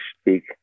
speak